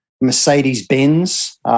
Mercedes-Benz